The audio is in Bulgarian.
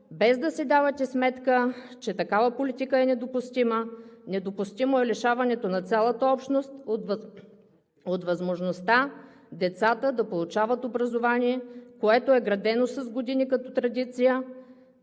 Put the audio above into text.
без да си давате сметка, че такава политика е недопустима? Недопустимо е лишаването на цялата общност от възможността децата да получават образование, което е градено с години като традиция!